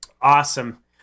awesome